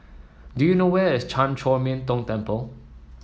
do you know where is Chan Chor Min Tong Temple